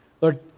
Lord